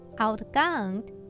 outgunned